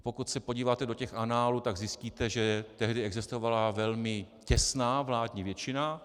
Pokud se podíváte do análů, tak zjistíte, že tehdy existovala velmi těsná vládní většina.